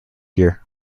year